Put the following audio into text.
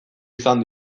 izan